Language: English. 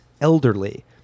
elderly